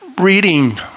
reading